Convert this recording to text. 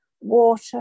water